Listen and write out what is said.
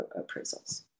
appraisals